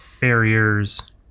barriers